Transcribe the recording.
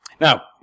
Now